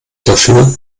dafür